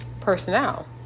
personnel